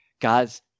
guys